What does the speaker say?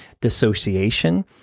Dissociation